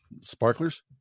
sparklers